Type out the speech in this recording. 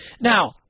Now